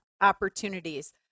opportunities